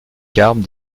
carpes